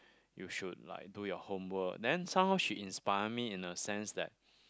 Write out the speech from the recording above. you should like do your homework then somehow she inspire me in the sense that